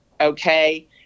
okay